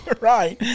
right